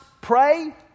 pray